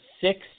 six